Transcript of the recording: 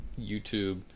YouTube